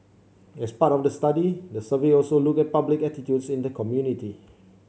as part of the study the survey also looked at public attitudes in the community